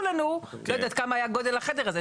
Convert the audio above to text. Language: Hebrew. לנו לא יודעת כמה היה גודל החדר הזה.